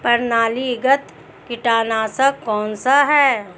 प्रणालीगत कीटनाशक कौन सा है?